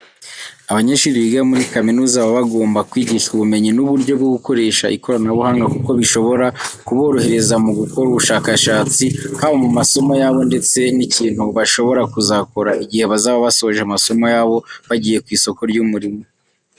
Abanyeshuri biga muri kaminuza baba bagomba kwigishwa ubumenyi n'uburyo bwo gukoresha ikoranabuhanga kuko bishobora kuborohereza mu gukora ubushakashatsi, haba mu masomo yabo ndetse n'ikintu bashobora kuzakora igihe bazaba basoje amasomo yabo bagiye ku isoko ry'umurimo.